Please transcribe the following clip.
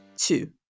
Two